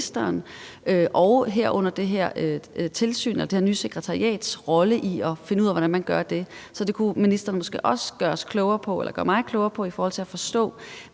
og det her tilsyns og det her nye sekretariat rolle i at finde ud af, hvordan man gør det. Så det kunne ministeren måske også gøre mig klogere på i forhold til at forstå,